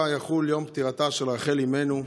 השבוע יחול יום פטירתה של רחל אימנו,